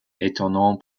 étonnante